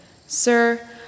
Sir